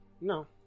no